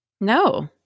No